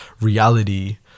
reality